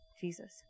Jesus